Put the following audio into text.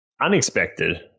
Unexpected